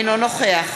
אינו נוכח